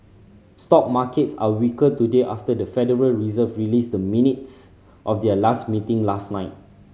stock markets are weaker today after the Federal Reserve released the minutes of their last meeting last night